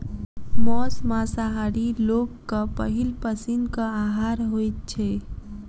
मौस मांसाहारी लोकक पहिल पसीनक आहार होइत छै